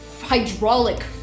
hydraulic